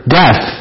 death